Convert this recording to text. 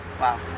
Wow